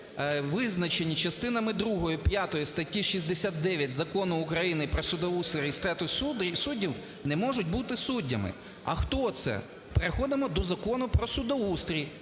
визначені частинами другою, п'ятою статті 69 Закону України "Про судоустрій і статус суддів", не можуть бути суддями. А хто це? Переходимо до Закону про судоустрій